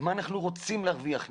מה אנחנו רוצים להרוויח מזה,